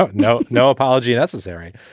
no, no. no apology necessary.